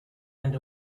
and